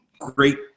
great